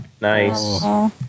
Nice